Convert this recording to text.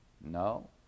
No